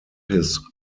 his